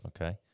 okay